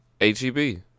H-E-B